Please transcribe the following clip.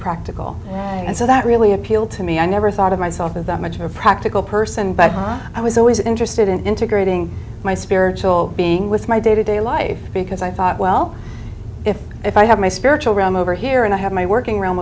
practical and so that really appealed to me i never thought of myself as that much of a practical person but i was always interested in integrating my spiritual being with my day to day life because i thought well if if i have my spiritual realm over here and i have my working realm